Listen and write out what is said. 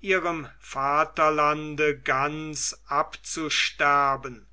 ihrem vaterlande ganz abzusterben